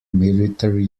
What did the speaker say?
military